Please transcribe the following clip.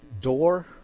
door